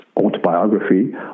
autobiography